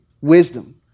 wisdom